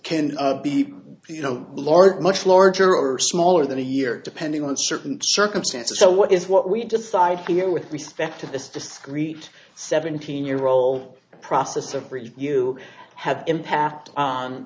can be you know large much larger or smaller than a year depending on certain circumstances so what is what we decide here with respect to this discrete seventeen year old process of bridge you have impact on